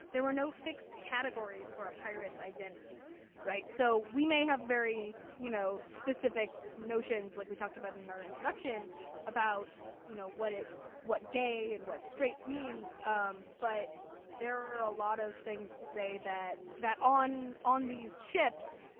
there were no fixed categories for a pirate's identity right? so we may have very, you know, specific notions like we talked about in and our introduction about, you know, what it, what gay and what straight means. um but there are a lot of things to say that, that on on these ships,